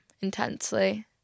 intensely